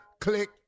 Click